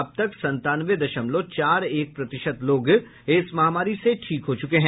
अब तक संतानवे दशमलव चार एक प्रतिशत लोग इस महामारी से ठीक हो चूके हैं